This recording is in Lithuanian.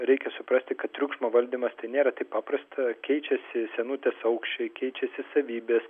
reikia suprasti kad triukšmo valdymas tai nėra taip paprasta keičiasi sienutės aukščiai keičiasi savybės